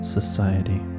Society